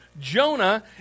Jonah